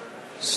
השר.